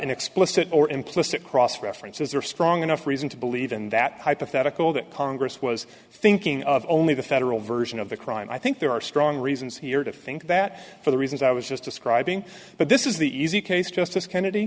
an explicit or implicit cross references are strong enough reason to believe in that hypothetical that congress was thinking of only the federal version of the crime i think there are strong reasons here to think that for the reasons i was just describing but this is the easy case justice kennedy